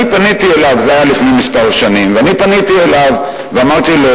אני פניתי אליו ואמרתי לו: